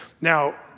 Now